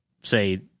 say